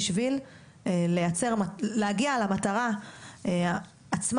על מנת להגיע למטרה עצמה,